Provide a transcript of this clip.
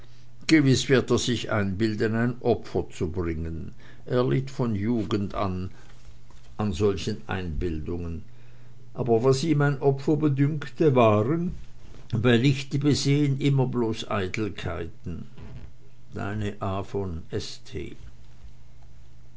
gewiß wird er sich einbilden ein opfer zu bringen er litt von jugend auf an solchen einbildungen aber was ihm ein opfer bedünkte waren bei lichte besehen immer bloß eitelkeiten deine a von